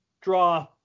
draw